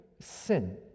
sin